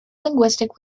linguistic